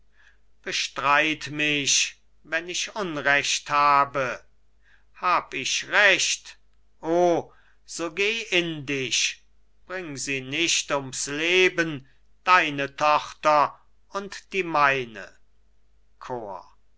bestreit mich wenn ich unrecht habe hab ich recht o so geh in dich bring sie nicht ums leben deine tochter und die meine chor